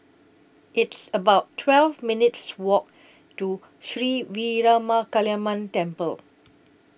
It's about twelve minutes' Walk to Sri Veeramakaliamman Temple